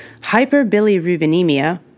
hyperbilirubinemia